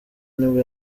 nibwo